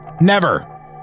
Never